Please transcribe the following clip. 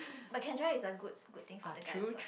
but can try is a good good thing for the guy also what